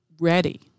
ready